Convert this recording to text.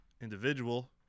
individual